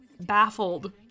baffled